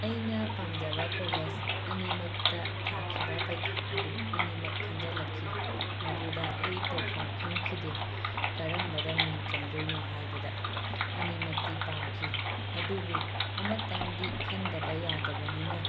ꯑꯩꯅ ꯄꯥꯝꯖꯕ ꯀꯣꯂꯦꯁ ꯑꯅꯤꯃꯛꯇ ꯊꯥꯈꯤꯕ ꯄꯔꯤꯈꯥ ꯑꯗꯨ ꯑꯅꯤꯃꯛ ꯈꯟꯖꯜꯂꯛꯈꯤ ꯃꯗꯨꯗ ꯑꯩ ꯇꯧꯐꯝ ꯈꯪꯈꯤꯗꯦ ꯀꯔꯝꯕꯗ ꯃꯤꯡ ꯆꯟꯗꯣꯏꯅꯣ ꯍꯥꯏꯕꯗ ꯑꯅꯤꯃꯛꯇꯤ ꯄꯥꯝꯈꯤ ꯑꯗꯨꯕꯨ ꯑꯃꯇꯪꯗꯤ ꯈꯟꯗꯕ ꯌꯥꯗꯕꯅꯤꯅ